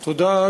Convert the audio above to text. תודה.